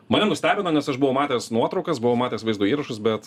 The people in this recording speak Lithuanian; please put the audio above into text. mane nustebino nes aš buvau matęs nuotraukas buvau matęs vaizdo įrašus bet